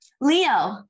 Leo